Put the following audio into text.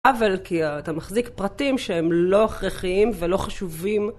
אבל כי אתה מחזיק פרטים שהם לא הכרחיים ולא חשובים